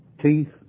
Teeth